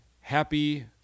Happy